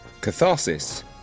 Catharsis